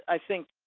i think,